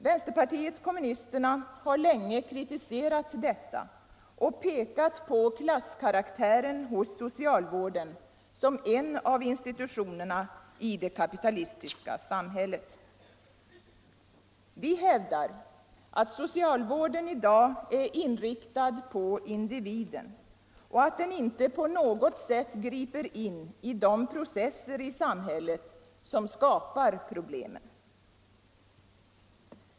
Vänsterpartiet kommunisterna har länge kritiserat detta och pekat på klasskaraktären hos socialvården som en av institutionerna i det kapitalistiska samhället. Vi hävdar att socialvården i dag är inriktad på individen och att den inte på något sätt griper in i de processer i samhället som skapar problemen.